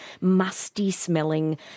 musty-smelling